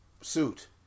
suit